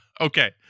Okay